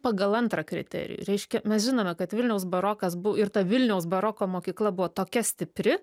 pagal antrą kriterijų reiškia mes žinome kad vilniaus barokas bu ir ta vilniaus baroko mokykla buvo tokia stipri